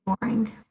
boring